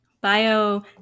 bio